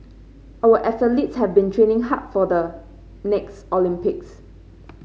our athletes have been training hard for the next Olympics